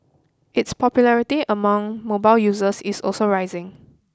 its popularity among mobile users is also rising